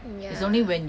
ya